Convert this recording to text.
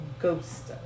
ghost